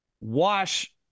wash